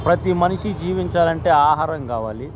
ప్రతి మనిషి జీవించాలంటే ఆహారం కావాలి